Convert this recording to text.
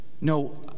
No